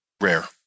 rare